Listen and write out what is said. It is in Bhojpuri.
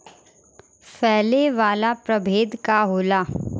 फैले वाला प्रभेद का होला?